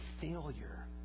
failure